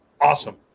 awesome